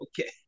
okay